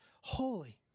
holy